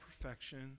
perfection